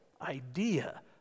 idea